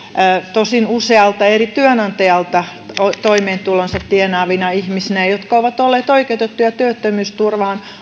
tosin usealta eri työnantajalta toimeentulonsa tienaavina ihmisinä ja jotka ovat olleet oikeutettuja työttömyysturvaan